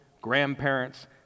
grandparents